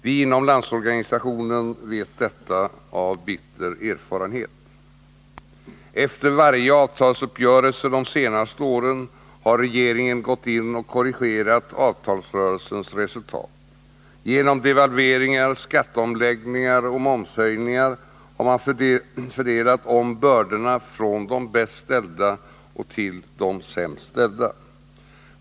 Vi inom Landsorganisationen vet detta av bitter erfarenhet. Efter varje avtalsuppgörelse de senaste åren har regeringen gått in och korrigerat avtalsrörelsens resultat. Genom devalveringar, skatteomläggningar och momshöjningar har man fördelat om bördorna från de bäst ställda till de sämst ställda.